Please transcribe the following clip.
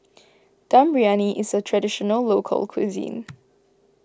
Dum Briyani is a Traditional Local Cuisine